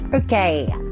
Okay